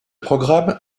programme